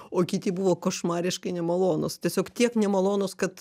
o kiti buvo košmariškai nemalonūs tiesiog tiek nemalonūs kad